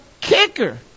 kicker